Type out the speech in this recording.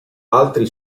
altri